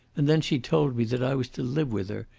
and then she told me that i was to live with her,